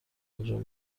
انجام